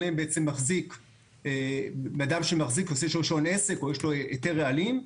אין להם בעצם בן אדם שמחזיק ועושה רישיון עסק או יש לו היתר רעלים,